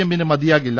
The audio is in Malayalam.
എമ്മിന് മതിയാകില്ല